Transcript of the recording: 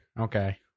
Okay